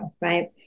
right